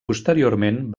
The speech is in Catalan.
posteriorment